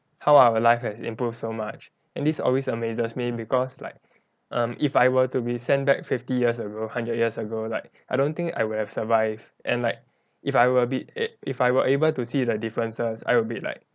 how our life has improved so much and this always amazes me because like um if I were to be sent back fifty years ago hundred years ago like I don't think I will have survived and like if I were a bit it if I were able to see the differences I will be like